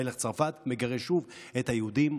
מלך צרפת מגרש שוב את היהודים.